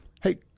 Hey